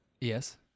Yes